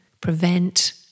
prevent